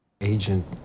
Agent